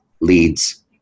leads